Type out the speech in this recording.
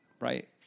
right